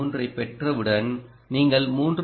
3 ஐப் பெற்றவுடன் நீங்கள் 3